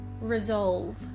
resolve